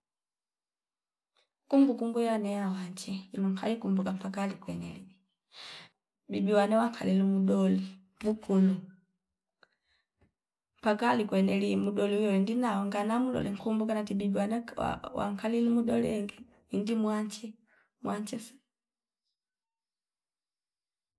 Kumbu kumbu yane haa wanje inukaa kumbuka paka alikwene lii bibi wane wa kalinu udoli mukulu paka alikweneli muudoli wewe ndina wangana mlole tenkumbuka natibidwana wa- wa- wankali lumujo lenge indi mwanche mwanchesa